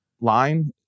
line